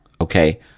okay